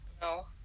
No